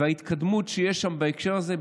וההתקדמות שיש שם בהקשר הזה,